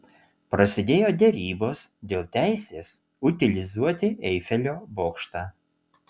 prasidėjo derybos dėl teisės utilizuoti eifelio bokštą